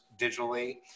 digitally